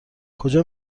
کجا